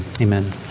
Amen